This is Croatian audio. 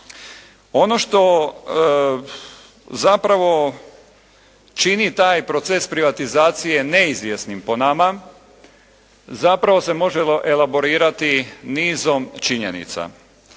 Ono što zapravo čini taj proces privatizacije neizvjesnim po nama zapravo se može elaborirati nizom činjenica.